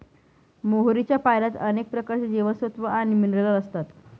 मोहरीच्या पाल्यात अनेक प्रकारचे जीवनसत्व आणि मिनरल असतात